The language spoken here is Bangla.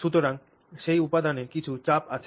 সুতরাং সেই উপাদানে কিছু চাপ আছে